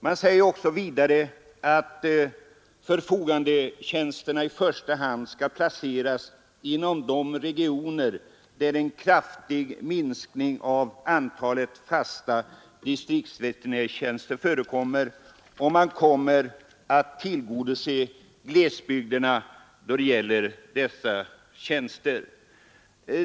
Utskottet anför vidare att förfogandetjänsterna i första hand skall placeras inom de regioner där en kraftig minskning av antalet fasta distriktsveterinärtjänster sker och att därvid glesbygdernas behov skall tillgodoses.